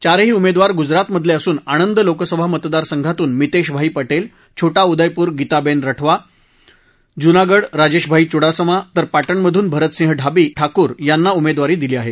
चारही उमेदवार गुजरातमधले असून आणंद लोकसभा मतदारसंघातून मितेशभाई पटेल छोटा उदयपूर गीताबेन रठवा जुनागड राजेशभाई चुडासमा तर पाटणमधून भारतसिंह ढाबी ठाकूर यांना उमेदवारी दिली आहे